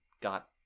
got